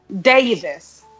Davis